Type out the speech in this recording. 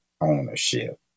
ownership